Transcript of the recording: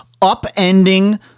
upending